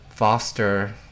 Foster